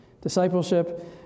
Discipleship